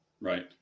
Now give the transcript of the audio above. Right